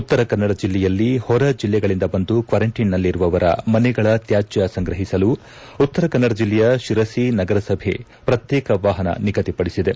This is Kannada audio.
ಉತ್ತರ ಕನ್ನಡ ಜಿಲ್ಲೆಯಲ್ಲಿ ಹೊರ ಜಿಲ್ಲೆಗಳಿಂದ ಬಂದು ಕ್ವಾರಂಟೈನ್ನಲ್ಲಿರುವವರ ಮನೆಗಳ ತ್ಯಾದ್ಯ ಸಂಗ್ರಹಿಸಲು ಉತ್ತರ ಕನ್ನಡ ಜಿಲ್ಲೆಯ ಶಿರಸಿ ನಗರಸಭೆ ಪ್ರತ್ಯೇಕ ವಾಹನ ನಿಗದಿಪಡಿಸಿದೆ